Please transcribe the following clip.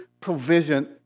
provision